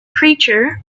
creature